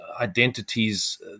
identities